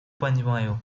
понимаю